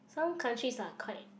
some countries are quite